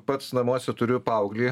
pats namuose turiu paauglį